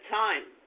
time